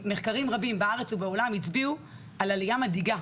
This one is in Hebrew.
מחקרים רבים בארץ ובעולם הצביעו על עלייה מדאיגה